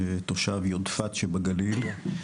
תושב יודפת שבגליל.